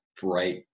bright